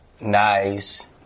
Nice